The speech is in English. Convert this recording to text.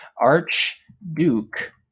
Archduke